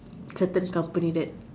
certain company that